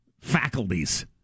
faculties